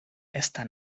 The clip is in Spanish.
esta